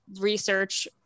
research